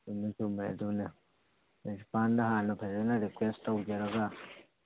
ꯆꯨꯝꯃꯦ ꯆꯨꯝꯃꯦ ꯑꯗꯨꯅꯦ ꯄ꯭ꯔꯤꯟꯁꯤꯄꯥꯜꯗ ꯍꯥꯟꯅ ꯐꯖꯕ ꯔꯤꯀ꯭ꯋꯦꯁ ꯇꯧꯖꯔꯒ